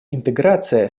интеграция